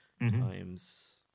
times